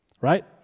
Right